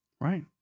Right